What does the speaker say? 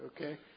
Okay